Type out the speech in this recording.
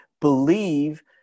believe